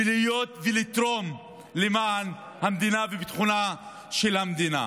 להיות ולתרום למען המדינה וביטחונה של המדינה.